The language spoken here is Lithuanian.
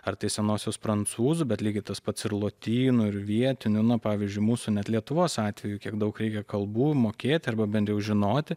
ar tai senosios prancūzų bet lygiai tas pats ir lotynų ir vietinių na pavyzdžiui mūsų net lietuvos atveju kiek daug reikia kalbų mokėti arba bent jau žinoti